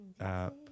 app